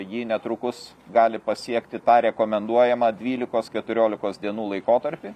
ji netrukus gali pasiekti tą rekomenduojamą dvylikos keturiolikos dienų laikotarpį